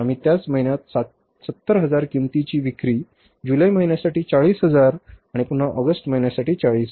आम्ही त्याच महिन्यात 70000 किमतीची विक्री जुलै महिन्यासाठी 40000 आणि पुन्हा ऑगस्ट महिन्यासाठी 40000